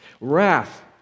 Wrath